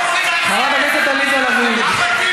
חברת הכנסת עליזה לביא.